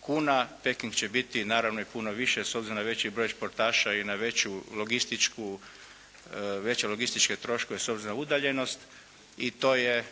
kuna, u Pekingu će biti naravno i puno više s obzirom na veći broj športaša i na veće logističke troškove s obzirom na udaljenost i to je